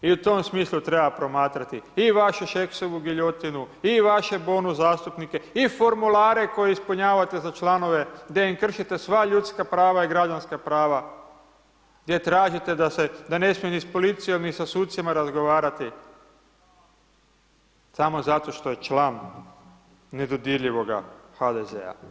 I u tom smislu treba promatrati i vašu Šeksovu giljotinu, i vaše bonus zastupnike, i formulare koje ispunjavate za članove gdje im kršite sva ljudska prava i građanska prava, gdje tražite da se, da ne smiju ni s policijom, ni sa sudcima razgovarati, samo zato što je član nedodirljivoga HDZ-a.